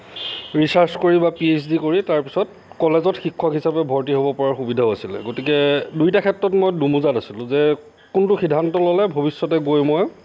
research কৰি বা P H D কৰি তাৰপিছত কলেজত শিক্ষক হিচাপে ভৰ্তি হ'ব পৰা সুবিধাও আছিলে গতিকে দুয়োটা ক্ষেত্ৰত মই দোমোজাত আছিলো যে কোনটো সিদ্ধান্ত ল'লে ভৱিষ্যতে গৈ মই